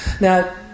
now